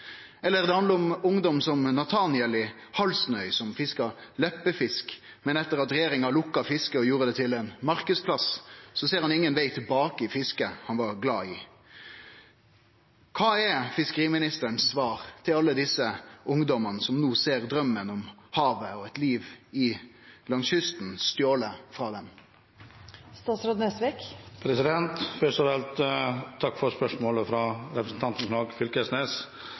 Eller det handlar om ungdom som Nathanael i Halsnøy, som fiska leppefisk, men etter at regjeringa lukka fisket og gjorde det til ein marknadsplass, ser han ingen veg tilbake til fisket han var glad i. Kva er fiskeriministerens svar til alle desse ungdomane som no ser at draumen om havet og eit liv langs kysten blir stolen frå dei? Først av alt vil jeg takke for spørsmålet fra representanten Knag Fylkesnes.